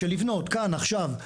של לבנות כאן ועכשיו,